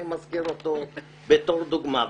אני מזכיר אותו בתור דוגמה.